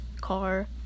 car